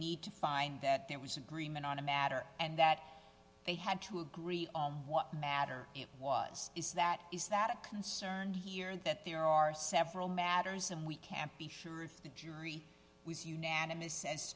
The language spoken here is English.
need to find that there was agreement on a matter and that they had to agree what matter it was is that is that it concerned here that there are several matters and we can't be sure if the jury was unanimous